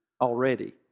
already